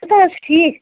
پنژاہے حظ چھِ ٹھیٖکھ